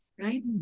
Right